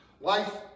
life